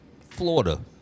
Florida